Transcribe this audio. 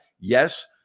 Yes